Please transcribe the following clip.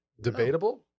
Debatable